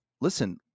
listen